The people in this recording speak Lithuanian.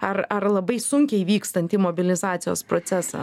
ar ar labai sunkiai vykstantį mobilizacijos procesą